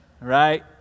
Right